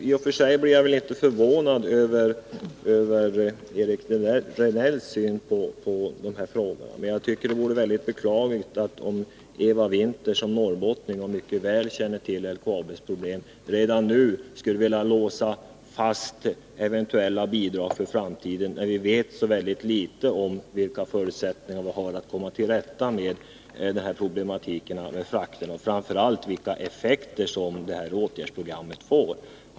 I och för sig blev jag inte förvånad över Eric Rejdnells syn på de här frågorna, men jag tycker att det vore beklagligt om Eva Winther som norrbottning och mycket väl förtrogen med LKAB:s problem redan nu skulle vilja låsa fast eventuella bidrag för framtiden. Vi vet så litet om vilka förutsättningar vi har att komma till rätta med fraktproblematiken och framför allt vilka effekter åtgärdsprogrammet får.